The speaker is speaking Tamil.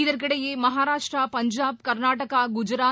இதற்கிடையே மகாராஷ்டிரா பஞ்சாப் கா்நாடகா குஜராத்